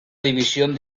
división